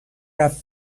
رفت